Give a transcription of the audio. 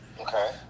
Okay